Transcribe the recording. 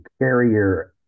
carrier